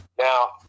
Now